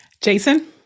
Jason